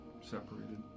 separated